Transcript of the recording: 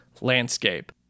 landscape